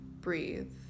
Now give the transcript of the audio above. breathe